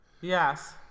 Yes